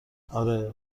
آره